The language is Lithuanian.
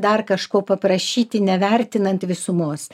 dar kažko paprašyti nevertinant visumos